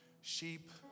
Sheep